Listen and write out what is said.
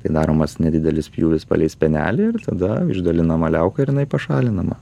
tai daromas nedidelis pjūvis palei spenelį ir tada išdalinama liauka ir jinai pašalinama